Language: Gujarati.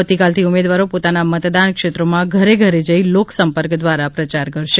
આવતીકાલથી ઉમેદવારો પોતાના મતદાન ક્ષેત્રોમાં ઘરે ઘરે જઈ લોકસંપર્ક દ્વારા પ્રચાર કરશે